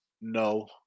No